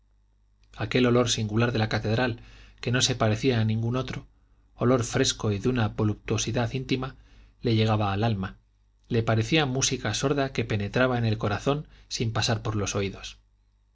aquel olor singular de la catedral que no se parecía a ningún otro olor fresco y de una voluptuosidad íntima le llegaba al alma le parecía música sorda que penetraba en el corazón sin pasar por los oídos